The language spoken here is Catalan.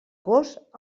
gos